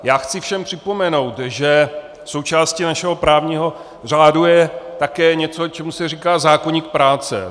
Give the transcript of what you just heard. Já chci všem připomenout, že součástí našeho právního řádu je také něco, čemu se říká zákoník práce.